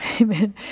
Amen